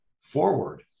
forward